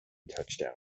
touchdown